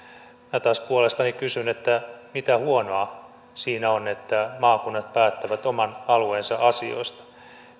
minä taas puolestani kysyn että mitä huonoa siinä on että maakunnat päättävät oman alueensa asioista